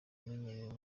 amenyerewe